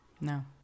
No